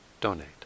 donate